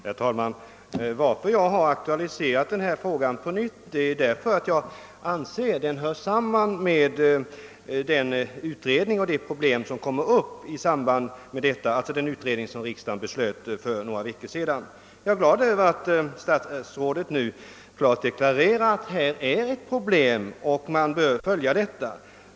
Herr talman! Att jag aktualiserat frågan på nytt beror på att jag anser att den hör samman med de problem som kommer upp inom den utredning för vars tillsättande riksdagen för några veckor sedan uttalade sig. Jag är glad över att statsrådet nu klart deklarerar att här föreligger ett problem som bör följas.